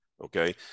okay